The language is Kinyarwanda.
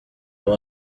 kuko